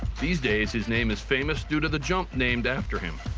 these days his name is famous due to the jump named after him.